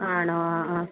ആണോ ആ ആ